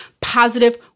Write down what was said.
positive